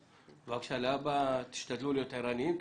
להבא, תשתדלו להיות ערניים.